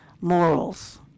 morals